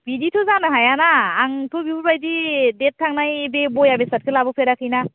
बिदिथ' जानो हायाना आंथ' बेफोरबायदि डेट थांनाय बे बेया बेसादखो लाबोफेराखैना